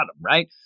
right